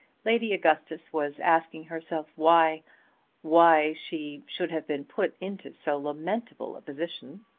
lady augustus was asking herself why why she should have been put into so lamentable a position,